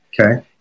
Okay